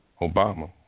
Obama